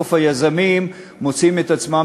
שבסוף היזמים מוצאים עצמם